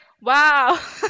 wow